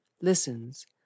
listens